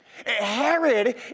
Herod